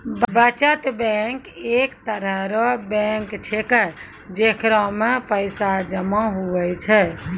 बचत बैंक एक तरह रो बैंक छैकै जेकरा मे पैसा जमा हुवै छै